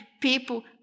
people